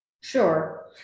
Sure